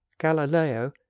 galileo